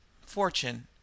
Fortune